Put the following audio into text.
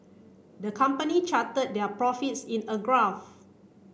the company charted their profits in a graph